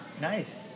Nice